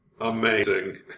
Amazing